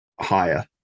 Higher